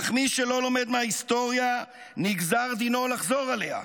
אך מי שלא לומד מההיסטוריה, נגזר דינו לחזור עליה.